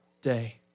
day